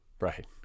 Right